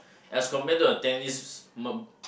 as compared to a tennis m~